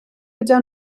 gyda